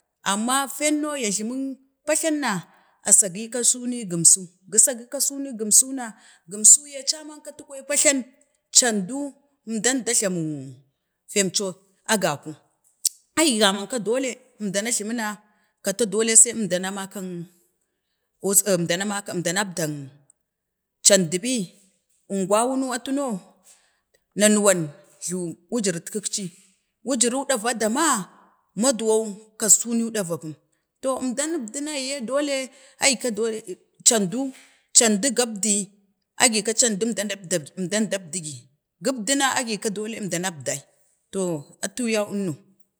amma feen no ya jlamin pajlan na a sagi ii kasonee gumsa, gu sagi kason ne gumsa na gumsu ye caman ata kwayan pajlon candu, əmdan, əmdan jlama feem co a gaku, ii gaman ka dole əmdana jlamina kato dole sai əmdane makak was, əmda, əamdmap ɗan, candu bii ungwa wuna atu no, na nuwan jlawuk wujirit kikci, wujuru ɗava dama, madu wau kaso no dava pum, to əmdan əbdu na aa nayge dole ai ka dole candu, candu gabdi agika candu əmda dabdi əmdan dabdugi, tuna a gika dole əmdanabdai to atu yan, nino.